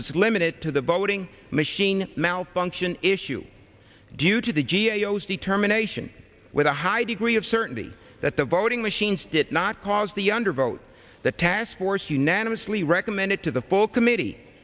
was limited to the voting machine malfunction issue due to the geos determination with a high degree of certainty that the voting machines did not cause the undervote the taskforce unanimously recommended to the full committee